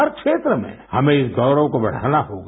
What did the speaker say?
हर क्षेत्र में हमें इस गौरव को बढ़ाना होगा